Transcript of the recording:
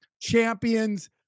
champions